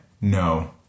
no